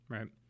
Right